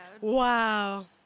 Wow